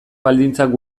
baldintzak